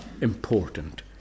important